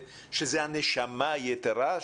שזה הנשמה היתרה,